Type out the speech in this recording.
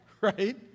right